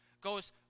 goes